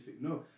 no